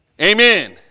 Amen